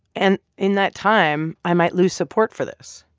and in that time, i might lose support for this.